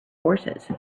horses